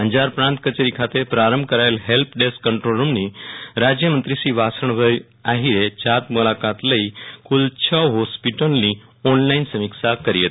અંજાર પ્રાંત કચેરી ખાતે પ્રારંભ કરાચેલ હેલ્પ ડેસ્ક કન્દ્રોલરૂમની રાજયમંત્રીશ્રી વાસણભાઇ આહિરે જાત મુલાકાત લઇ કુલ છ હોસ્પિટલની ઓનલાઇન સમીક્ષા કરી હતી